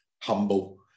humble